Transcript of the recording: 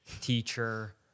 teacher